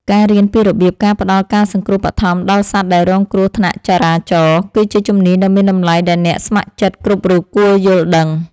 ការរៀនពីរបៀបការផ្ដល់ការសង្គ្រោះបឋមដល់សត្វដែលរងគ្រោះថ្នាក់ចរាចរណ៍ គឺជាជំនាញដ៏មានតម្លៃដែលអ្នកស្ម័គ្រចិត្តគ្រប់រូបគួរយល់ដឹង។